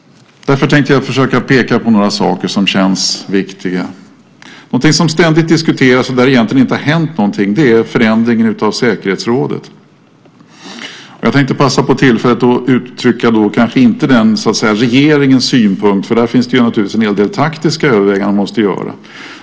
Därför tänkte jag försöka peka på några saker som känns viktiga. Något som ständigt diskuteras, och där det egentligen inte har hänt någonting, är förändringen av säkerhetsrådet. Jag ska inte uttrycka regeringens synpunkt, för där finns det naturligtvis en hel del taktiska överväganden som måste göras.